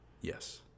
Yes